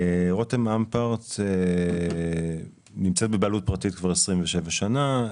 רותם אמפרט נמצאת בבעלות פרטית כבר 27 שנים.